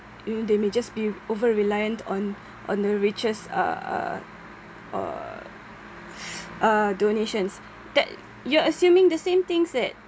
you know they may just be over reliant on on the richest uh uh uh uh donations that you are assuming the same things that